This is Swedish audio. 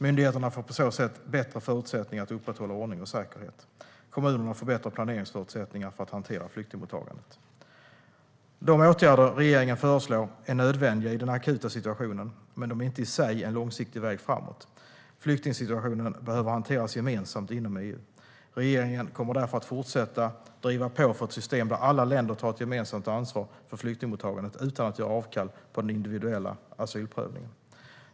Myndigheterna får på så sätt bättre förutsättningar att upprätthålla ordning och säkerhet, och kommunerna får bättre planeringsförutsättningar för att hantera flyktingmottagandet. De åtgärder regeringen föreslår är nödvändiga i den akuta situationen, men de är inte i sig en långsiktig väg framåt. Flyktingsituationen behöver hanteras gemensamt inom EU. Regeringen kommer därför att fortsätta driva på för ett system där alla länder tar ett gemensamt ansvar för flyktingmottagandet, utan att göra avkall på den individuella asylprövningen.